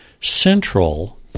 central